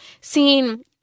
seeing